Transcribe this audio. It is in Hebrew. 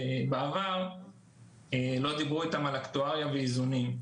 בעבר לא דיברו איתם על אקטואריה ואיזונים.